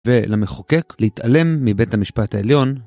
ולמחוקק להתעלם מבית המשפט העליון.